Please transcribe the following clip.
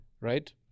right